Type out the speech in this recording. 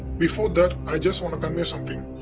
before that i just want to convey something.